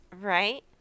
Right